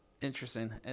Interesting